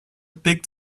picked